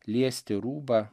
liesti rūbą